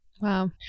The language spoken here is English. Wow